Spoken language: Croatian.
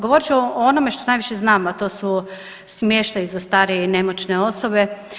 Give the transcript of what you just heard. Govorit ću o onome što najviše znam, a to su smještaji za starije i nemoćne osobe.